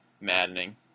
maddening